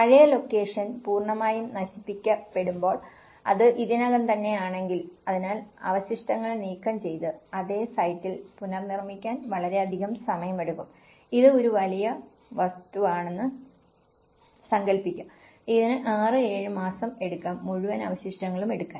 പഴയ ലൊക്കേഷൻ പൂർണ്ണമായും നശിപ്പിക്കപ്പെടുമ്പോൾ അത് ഇതിനകം തന്നെ ആണെങ്കിൽ അതിനാൽ അവശിഷ്ടങ്ങൾ നീക്കം ചെയ്ത് അതേ സൈറ്റിൽ പുനർനിർമിക്കാൻ വളരെയധികം സമയമെടുക്കും ഇത് ഒരു വലിയ വസ്തുവാണെന്ന് സങ്കൽപ്പിക്കുക ഇതിന് 6 7 മാസം എടുത്തേക്കാം മുഴുവൻ അവശിഷ്ടങ്ങളും എടുക്കാൻ